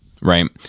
right